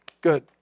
good